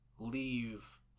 leave